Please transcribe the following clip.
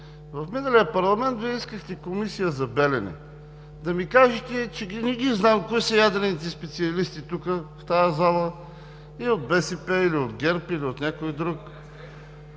В миналия парламент Вие искахте комисия за „Белене“. Да ми кажете, че не знам кои са ядрените специалисти тук, в тази зала и от БСП, или от ГЕРБ, или от някой друг…